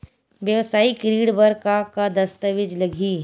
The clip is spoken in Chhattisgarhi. वेवसायिक ऋण बर का का दस्तावेज लगही?